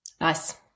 Nice